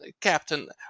Captain